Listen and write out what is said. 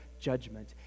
judgment